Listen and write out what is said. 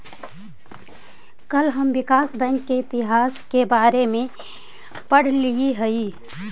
कल हम विकास बैंक के इतिहास के बारे में पढ़लियई हल